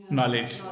Knowledge